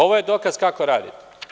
Ovo je dokaz kako radite.